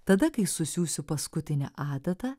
tada kai susiūsiu paskutinę adatą